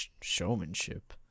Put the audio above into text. showmanship